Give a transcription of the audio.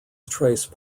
trace